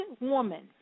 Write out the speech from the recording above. woman